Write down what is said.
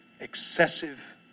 Excessive